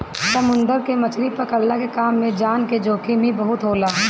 समुंदर में मछरी पकड़ला के काम में जान के जोखिम ही बहुते होला